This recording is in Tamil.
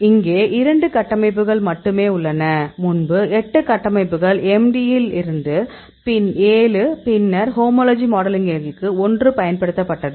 இங்கே 2 கட்டமைப்புகள் மட்டுமே உள்ளன முன்பு 8 கட்டமைப்புகள் MD யில் இருந்து 7 பின்னர் ஹோமோலஜி மாடலிங்கிலிருந்து 1 பயன்படுத்தப்பட்டது